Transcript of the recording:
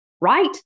Right